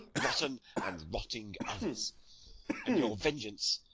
rotten, and rotting others and your vengeance,